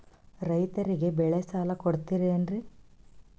ರೈತರಿಗೆ ಬೆಳೆ ಸಾಲ ಕೊಡ್ತಿರೇನ್ರಿ?